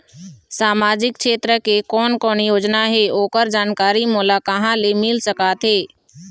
सामाजिक क्षेत्र के कोन कोन योजना हे ओकर जानकारी मोला कहा ले मिल सका थे?